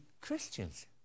Christians